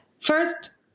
first